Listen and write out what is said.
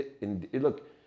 look